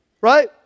Right